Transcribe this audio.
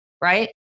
right